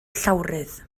llawrydd